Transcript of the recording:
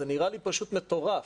זה נראה לי פשוט מטורף